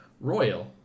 Royal